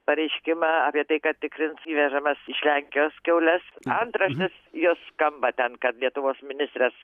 pareiškimą apie tai kad tikrins įvežamas iš lenkijos kiaules antraštės jos skamba ten kad lietuvos ministras